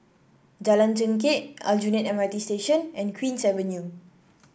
Jalan Chengkek Aljunied M R T Station and Queen's Avenue